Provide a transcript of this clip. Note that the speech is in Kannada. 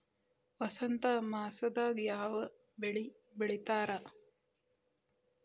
ವಸಂತ ಮಾಸದಾಗ್ ಯಾವ ಬೆಳಿ ಬೆಳಿತಾರ?